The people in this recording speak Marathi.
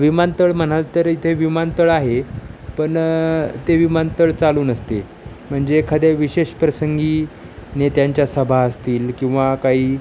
विमानतळ म्हणाल तर इथे विमानतळ आहे पण ते विमानतळ चालू नसते म्हणजे एखाद्या विशेष प्रसंगी नेत्यांच्या सभा असतील किंवा काही